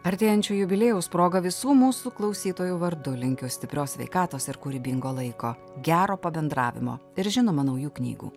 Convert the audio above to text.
artėjančio jubiliejaus proga visų mūsų klausytojų vardu linkiu stiprios sveikatos ir kūrybingo laiko gero pabendravimo ir žinoma naujų knygų